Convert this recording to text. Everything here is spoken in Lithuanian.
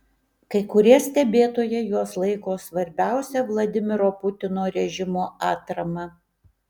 kai kurie stebėtojai juos laiko svarbiausia vladimiro putino režimo atrama